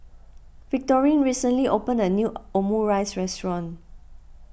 Victorine recently opened a new Omurice restaurant